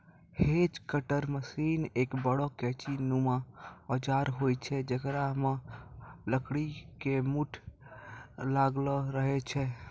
hedge cutter machine एक बड़ो कैंची नुमा औजार होय छै जेकरा मॅ लकड़ी के मूठ लागलो रहै छै